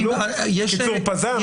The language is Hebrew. קיצור פז"מ?